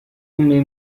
أمي